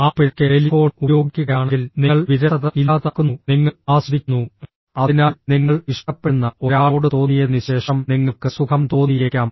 ആ പിഴയ്ക്ക് ടെലിഫോൺ ഉപയോഗിക്കുകയാണെങ്കിൽ നിങ്ങൾ വിരസത ഇല്ലാതാക്കുന്നു നിങ്ങൾ ആസ്വദിക്കുന്നു അതിനാൽ നിങ്ങൾ ഇഷ്ടപ്പെടുന്ന ഒരാളോട് തോന്നിയതിനുശേഷം നിങ്ങൾക്ക് സുഖം തോന്നിയേക്കാം